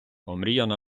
омріяна